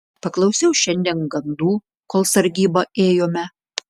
paklausiau šiandien gandų kol sargybą ėjome